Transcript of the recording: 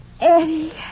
Eddie